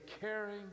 caring